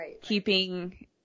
keeping